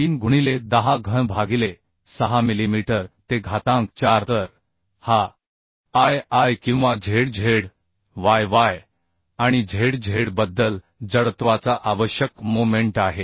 03 गुणिले 10 घन भागिले 6 मिलीमीटर ते घातांक 4 तर हा I I किंवा z z y y आणि z z बद्दल जडत्वाचा आवश्यक मोमेंट आहे